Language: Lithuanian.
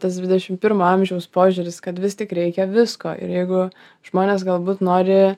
tas dvidešim pirmo amžiaus požiūris kad vis tik reikia visko ir jeigu žmonės galbūt nori